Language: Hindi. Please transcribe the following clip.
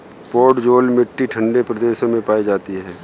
पोडजोल मिट्टी ठंडे प्रदेशों में पाई जाती है